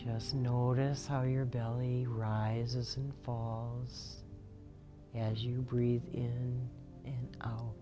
just notice how your belly rises and falls as you breathe in and o